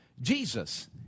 jesus